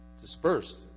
dispersed